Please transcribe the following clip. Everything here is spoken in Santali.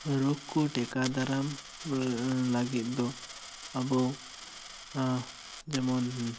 ᱨᱚᱜᱽ ᱠᱚ ᱴᱮᱠᱟᱣ ᱫᱟᱨᱟᱢ ᱞᱟᱹᱜᱤᱫ ᱫᱚ ᱟᱵᱚ ᱡᱮᱢᱚᱱ